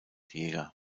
jäger